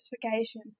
classification